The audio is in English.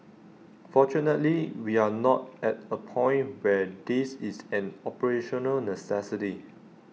fortunately we are not at A point where this is an operational necessity